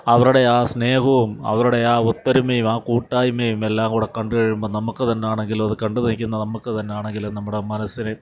അവരുടെ ആ സ്നേഹവും അവരുടെ ആ ഒത്തൊരുമയും ആ കൂട്ടായ്മയും എല്ലാം കൂടെ കണ്ട് കഴിയുമ്പോള് നമുക്ക് തന്നെ ആണെങ്കിലും അത് കണ്ടുനില്ക്കുന്ന നമുക്ക് തന്നാണെങ്കിലും നമ്മുടെ മനസ്സിന്